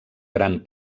gran